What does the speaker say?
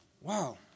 Wow